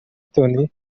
stone